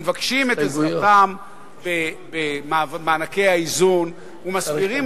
מבקשים את עזרתם במענקי האיזון ומסבירים